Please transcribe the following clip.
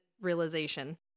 realization